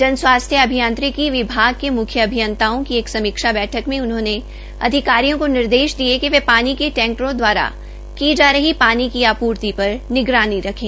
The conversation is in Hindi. जनस्वास्थ्य अभियांत्रिकी विभाग के मुख्य अभियंताओं की एक समीक्षा बैठक में उन्होंने अधिकारियों को निर्देश दिए कि वे पानी के टैंकरों दवारा की जा रही पानी आपूर्ति पर निगरानी रखें